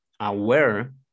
aware